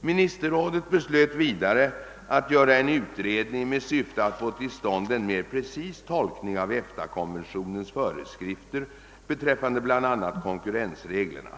Ministerrådsmötet beslöt vidare att göra en utredning med syfte att få till stånd en mer precis tolkning av EFTA konventionens föreskrifter beträffande bland annat konkurrensreglerna.